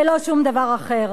ולא שום דבר אחר.